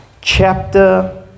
chapter